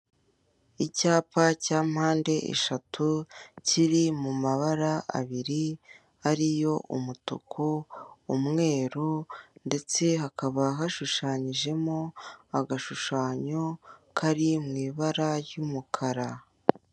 Icyapa cya mpande eshatu kiri mu mabara abiri ariyo umutuku, umweru ndetse hakaba hashushanyijemo agashushamo kari mu ibara ry'umukara.